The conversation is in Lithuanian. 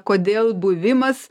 kodėl buvimas